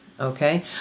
Okay